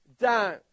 down